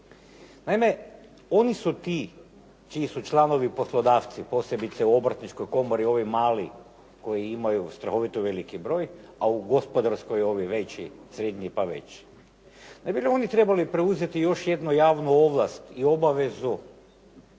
Naime, oni su ti čiji su članovi poslodavci, posebice u Obrtničkoj komori ovi mali kojih ima strahovito veliki broj, a u gospodarskoj ovi srednji pa veći. Ne bi li oni trebali preuzeti još jednu javnu ovlast i obavezu